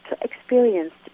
experienced